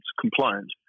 compliant